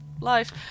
life